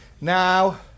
Now